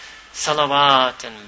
salawat